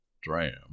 dram